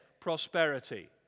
prosperity